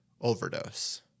overdose